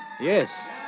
Yes